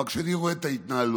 אבל כשאני רואה את ההתנהלות,